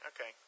okay